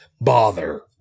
bother